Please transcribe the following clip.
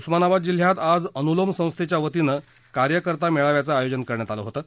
उस्मानाबाद जिल्ह्यात आज अनुलोम संस्थेच्या वतीनं कार्यकर्ता मेळाव्याचं आयोजन करण्यात आलं होतं